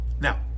Now